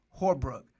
Horbrook